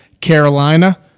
Carolina